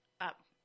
up